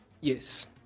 Yes